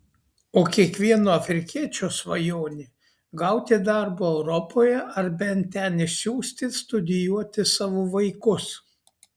o kiekvieno afrikiečio svajonė gauti darbo europoje ar bent ten išsiųsti studijuoti savo vaikus